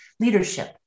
leadership